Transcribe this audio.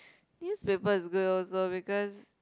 newspaper is good also because